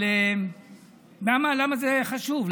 למה זה חשוב?